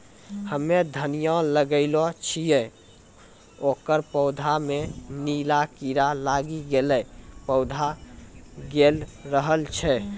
हम्मे धनिया लगैलो छियै ओकर पौधा मे नीला कीड़ा लागी गैलै पौधा गैलरहल छै?